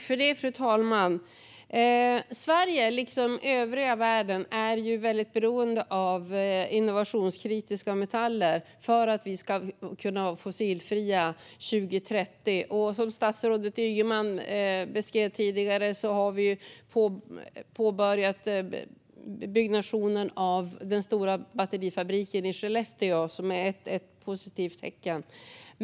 Fru talman! Sverige liksom övriga världen är väldigt beroende av innovationskritiska metaller för att vi ska kunna vara fossilfria 2030. Som statsrådet Ygeman beskrev tidigare har vi ju påbörjat byggnationen av den stora batterifabriken i Skellefteå, vilket är ett positivt tecken.